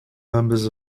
numbers